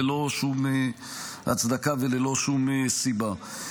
ללא שום הצדקה וללא שום סיבה.